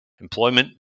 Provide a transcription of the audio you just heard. Employment